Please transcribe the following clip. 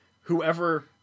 whoever